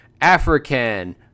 African